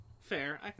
Fair